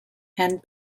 and